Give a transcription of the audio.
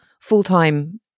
full-time